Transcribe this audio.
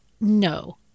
no